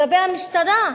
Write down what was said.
כלפי המשטרה,